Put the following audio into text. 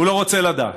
הוא לא רוצה לדעת.